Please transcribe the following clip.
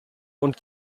und